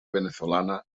venezolana